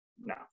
no